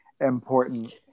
important